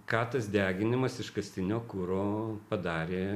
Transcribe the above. ką tas deginimas iškastinio kuro padarė